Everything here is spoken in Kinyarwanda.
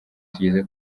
tugeze